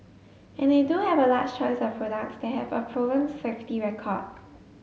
and they do have a large choice of products that have a proven safety record